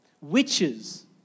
witches